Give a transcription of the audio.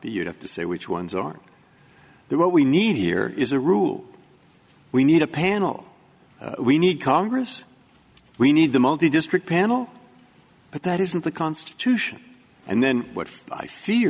be you'd have to say which ones aren't there what we need here is a rule we need a panel we need congress we need them all the district panel but that isn't the constitution and then what i